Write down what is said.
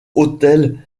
autel